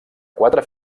quatre